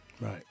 Right